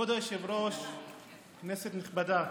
כבוד היושב-ראש, כנסת נכבדה,